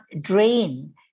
drain